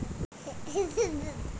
টাকা যদি ধার লেয় সেটকে কেরডিট ব্যলে